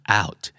out